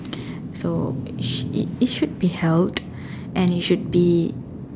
so it sh~ it should be held and it should be